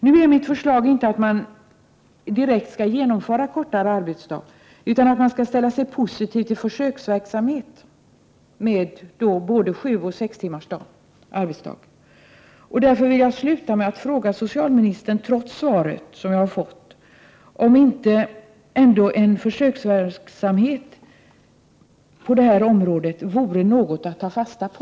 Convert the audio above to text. Nu är mitt förslag inte att man direkt skall genomföra kortare arbetsdag, utan att man skall ställa sig positiv till försöksverksamhet med både sju och sex timmars arbetsdag. Därför vill jag sluta med att fråga socialministern, trots det svar jag har fått, om inte en försöksverksamhet på det här området ändå vore något att ta fasta på.